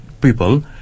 people